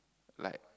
like